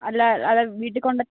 അല്ല അല്ല വീട്ടിൽ